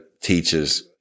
teaches